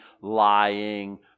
lying